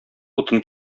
утын